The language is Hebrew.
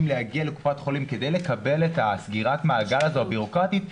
להגיע לקופת חולים כדי לקבל את סגירת המעגל הבירוקרטית הזאת,